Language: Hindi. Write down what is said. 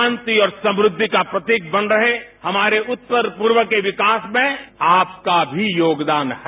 शांति और समृद्धि का प्रतीक बन रहे हमारे उत्तर पूर्व के विकास में आपका भी योगदान है